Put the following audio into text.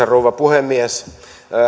rouva puhemies